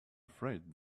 afraid